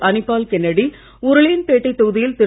Anibal Kennedy Orleampeth தொகுதியில் திரு